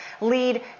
lead